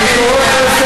אני שואל אותך.